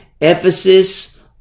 Ephesus